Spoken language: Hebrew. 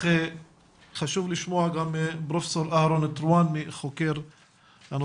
אני תכף אפנה לנציגת משרד הביטחון יעל שמחאי אבל בינתיים